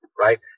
Right